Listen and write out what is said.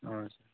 हजुर